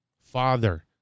father